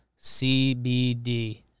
CBD